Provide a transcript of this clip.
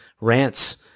rants